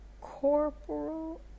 Corporal